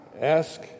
Ask